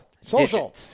social